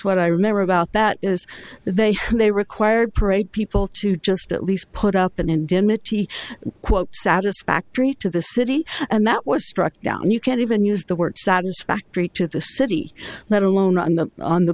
what i remember about that is that they they required parade people to just at least put up an indemnity quote satisfactory to the city and that was struck down you can't even use the word satisfactory to the city let alone on the on the